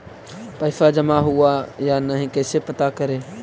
पैसा जमा हुआ या नही कैसे पता करे?